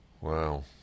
Wow